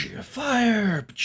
fire